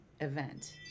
event